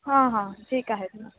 हां हां ठीक आहे ना